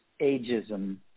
ageism